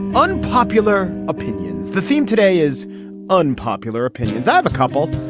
ah unpopular opinions the theme today is unpopular opinions ah of a couple.